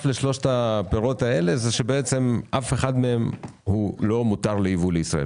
הוא שאף אחד מהם לא מותר ליבוא לישראל.